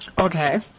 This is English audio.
Okay